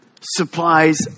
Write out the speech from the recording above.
supplies